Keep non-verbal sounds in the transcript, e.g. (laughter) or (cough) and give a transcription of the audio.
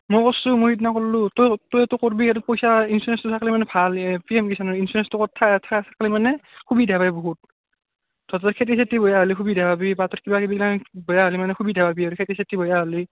মই কৰিছোঁ মই সিদিনা কৰিলোঁ তই তই এটো কৰিবি আৰু পইচা ইঞ্চুৰেঞ্চটো থাকিলে মানে ভাল (unintelligible) ইঞ্চুৰেঞ্চটো থা থাকিলে মানে সুবিধা পায় বহুত তহঁতৰ খেতি চেতি বেয়া হ'লে সুবিধা পাবি বা তোক কিবা কিবি বেয়া হ'লে মানে সুবিধা পাবি আৰু খেতি চেতি বেয়া হ'লে